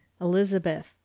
Elizabeth